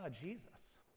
Jesus